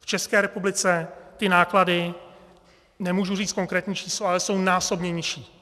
V České republice ty náklady, nemůžu říct konkrétní číslo, ale jsou násobně nižší.